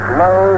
low